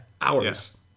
hours